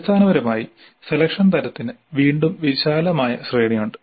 അടിസ്ഥാനപരമായി സെലക്ഷൻ തരത്തിന് വീണ്ടും വിശാലമായ ശ്രേണി ഉണ്ട്